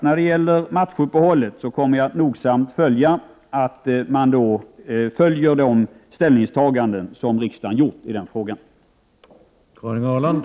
När det gäller matchuppehållet kommer jag alltså att nogsamt följa att de ställningstaganden som riksdagen har gjort i den frågan efterlevs.